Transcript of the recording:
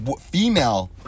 female